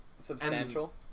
substantial